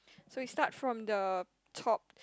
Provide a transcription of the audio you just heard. so we start from the top